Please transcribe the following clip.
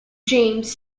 james